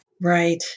Right